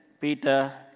Peter